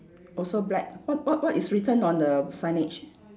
also black what what what is written on the signage